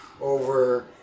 over